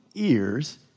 ears